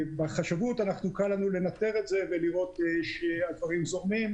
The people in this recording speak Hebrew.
בחשבות קל לנו לנטר את זה ולראות שהדברים זורמים,